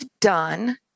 done